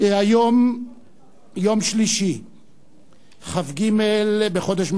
לסדר-היום 3 ההסלמה במצב הביטחוני בדרום 3 ציפי לבני